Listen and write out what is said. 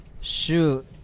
shoot